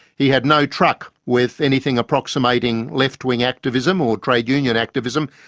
he had no truck with anything approximating left-wing activism or trade union activism,